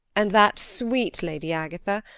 and that sweet lady agatha!